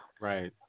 Right